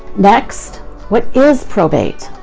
next what is probate?